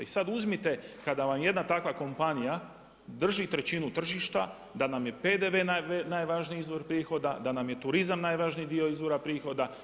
I sad uzmite, kada vam jedna takva kompanija drži trećinu tržišta, da nam je PDV najvažniji izvor prihoda, da nam je turizam najvažniji izvora prihoda.